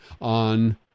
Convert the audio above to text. on